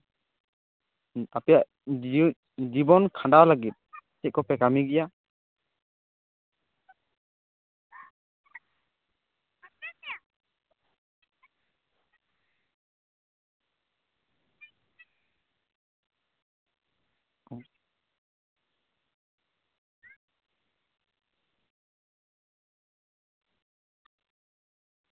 ᱟᱯᱮᱭᱟᱜ ᱡᱮᱣᱮᱫ ᱡᱤᱵᱚᱱ ᱠᱷᱟᱸᱰᱟᱣ ᱞᱟᱹᱜᱤᱫ ᱪᱮᱫ ᱠᱚᱯᱮ ᱠᱟᱹᱢᱤ ᱜᱮᱭᱟ